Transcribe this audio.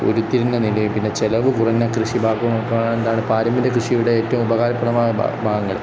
ഒരുത്തിരുഞ്ഞ നിലയിയും പിന്നെ ചെലവ് കുറഞ്ഞ കൃഷിഭാഗവും ഒക്കെ എന്താണ് പാരമ്പര്യ കൃഷിയുടെ ഏറ്റവും ഉപകാരപ്രദമായ ഭാഗങ്ങൾ